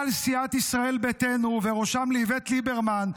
סיעת ישראל ביתנו ובראשם לאיווט ליברמן.